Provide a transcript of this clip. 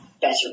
better